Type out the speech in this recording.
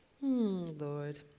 Lord